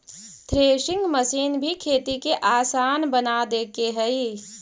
threshing machine भी खेती के आसान बना देके हइ